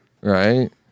right